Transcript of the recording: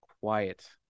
quiet